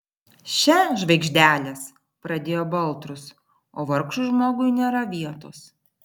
še žvaigždelės pradėjo baltrus o vargšui žmogui nėra vietos